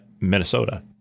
Minnesota